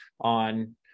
on